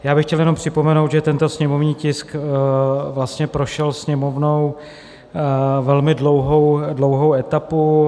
Já bych chtěl jenom připomenout, že tento sněmovní tisk vlastně prošel Sněmovnou velmi dlouhou etapu.